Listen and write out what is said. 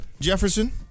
Jefferson